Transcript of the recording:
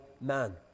man